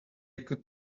could